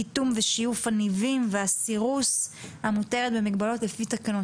קיטום ושיוף הניבים והסירוס המותרים במגבלות לפי תקנות.